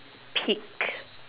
pick